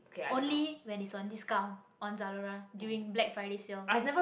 only when it's on discount on zalora during black-friday sale